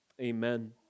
amen